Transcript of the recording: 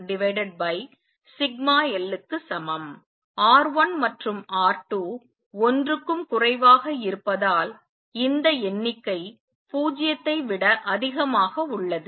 R1 மற்றும் R2 1 க்கும் குறைவாக இருப்பதால் இந்த எண்ணிக்கை 0 ஐ விட அதிகமாக உள்ளது